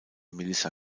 melissa